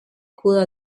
cura